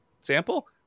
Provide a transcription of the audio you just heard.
Sample